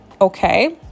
okay